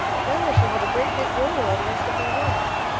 but now i shall have a great big worry all the rest of my life.